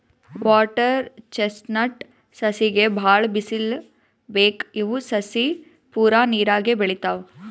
water chestnut ಸಸಿಗ್ ಭಾಳ್ ಬಿಸಲ್ ಬೇಕ್ ಇವ್ ಸಸಿ ಪೂರಾ ನೀರಾಗೆ ಬೆಳಿತಾವ್